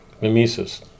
Mimesis